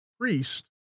priest